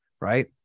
right